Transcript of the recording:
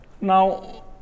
Now